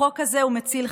החוק הזה הוא מציל חיים,